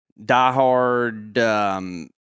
diehard